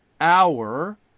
hour